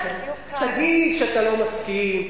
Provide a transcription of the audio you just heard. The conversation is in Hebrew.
תגיד שאתה לא מסכים,